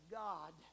god